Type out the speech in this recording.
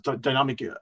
dynamic